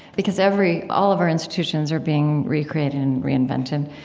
because every all of our institutions are being recreated and reinvented.